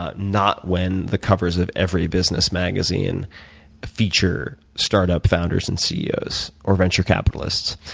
ah not when the covers of every business magazine feature startup founders and ceos or venture capitalists.